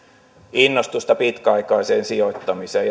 kiinnostusta pitkäaikaiseen sijoittamiseen